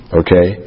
okay